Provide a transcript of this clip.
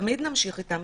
תמיד נמשיך אתם.